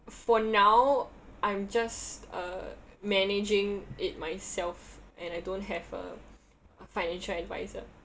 for now I'm just uh managing it myself and I don't have a financial advisor